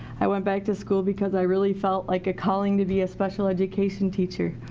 i went back to school because i really felt like a calling to be a special education teacher.